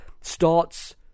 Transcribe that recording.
starts